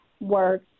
work